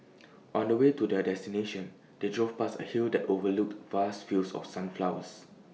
on the way to their destination they drove past A hill that overlooked vast fields of sunflowers